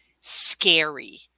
scary